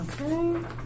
Okay